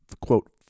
quote